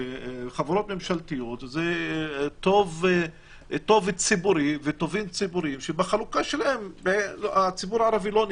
וחברות ממשלתיות זה טובין ציבוריים שבחלוקה שלהם הציבור הערב לא נהנה.